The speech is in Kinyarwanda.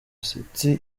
city